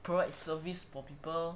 provides service for people